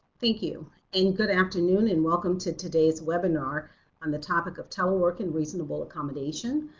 thank you an good afternoon and welcome to today's webinar on the topic of telework and reasonable accommodation.